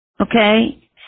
okay